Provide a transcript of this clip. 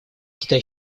китай